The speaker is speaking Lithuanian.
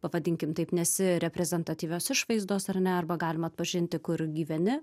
pavadinkim taip nesi reprezentatyvios išvaizdos ar ne arba galima atpažinti kur gyveni